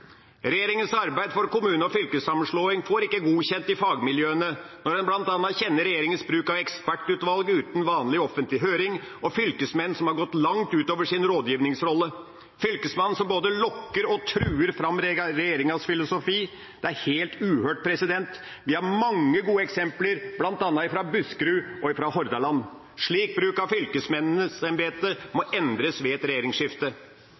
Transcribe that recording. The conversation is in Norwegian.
Regjeringas arbeid for kommune- og fylkessammenslåing får ikke godkjent i fagmiljøene når en bl.a. kjenner til regjeringas bruk av ekspertutvalg uten vanlig offentlig høring, og fylkesmenn som har gått langt utover sin rådgivningsrolle, fylkesmenn som både lokker og truer fram regjeringas filosofi. Det er helt uhørt. Vi har mange gode eksempler, bl.a. fra Buskerud og fra Hordaland. Slik bruk av fylkesmannsembetet må endres ved et regjeringsskifte.